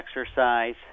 exercise